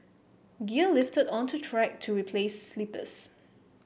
gear lifted unto track to replace sleepers